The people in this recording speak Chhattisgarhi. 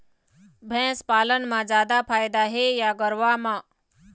भैंस पालन म जादा फायदा हे या गरवा म?